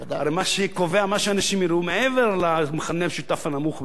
מה שקובע מה אנשים יראו מעבר למכנה המשותף הנמוך ביותר,